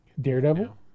Daredevil